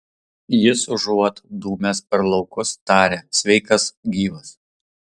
jis užuot dūmęs per laukus taria sveikas gyvas